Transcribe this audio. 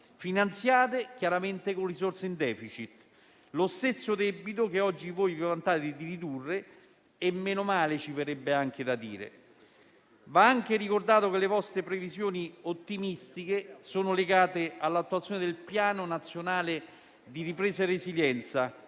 finanziati con risorse in *deficit*. Si tratta dello stesso debito che oggi voi vi vantate di ridurre (e meno male, ci verrebbe da dire). Va anche ricordato che le vostre previsioni ottimistiche sono legate all'attuazione del Piano Nazionale di ripresa e resilienza,